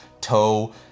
toe